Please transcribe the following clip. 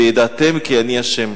וידעתם כי אני ה'".